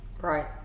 Right